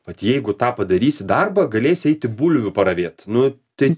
vat jeigu tą padarysi darbą galėsi eiti bulvių paravėt nu tai